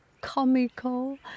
comical